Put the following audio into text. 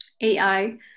AI